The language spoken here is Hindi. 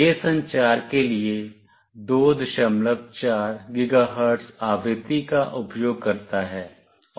यह संचार के लिए 24 GHz आवृत्ति का उपयोग करता है